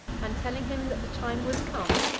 and telling him that the time was come,